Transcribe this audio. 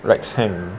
likes him